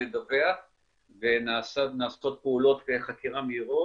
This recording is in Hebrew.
לדווח ונעשות פעולות חקירות מהירות